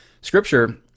Scripture